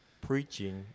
preaching